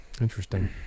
interesting